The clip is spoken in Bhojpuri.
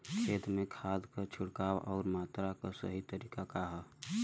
खेत में खाद क छिड़काव अउर मात्रा क सही तरीका का ह?